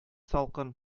салкын